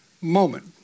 moment